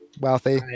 wealthy